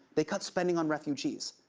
they cut spending on refugees,